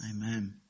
Amen